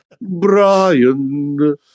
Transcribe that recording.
Brian